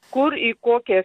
kur į kokią